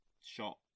shot